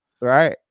Right